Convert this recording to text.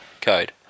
code